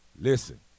listen